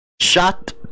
shot